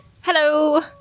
Hello